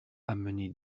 amené